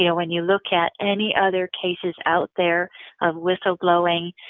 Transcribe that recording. you know when you look at any other cases out there of whistle blowing,